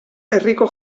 herriko